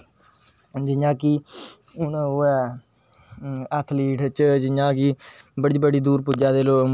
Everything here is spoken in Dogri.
ते ओह् आकार बी जेह्ड़ा ऐ ओह् केईयें गी सिर्फ नार्मल टिक्क मिलदा हा ते मीं ऐक्सिलैंट मिलदा होंदा हा